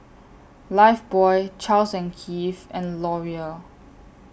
Lifebuoy Charles and Keith and Laurier